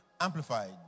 Amplified